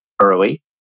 early